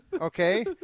okay